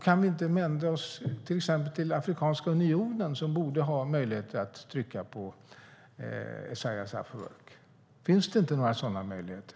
Kan vi inte vända oss till Afrikanska unionen som borde ha möjligheter att trycka på Isaias Afewerki? Finns det inte några sådana möjligheter?